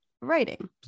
writing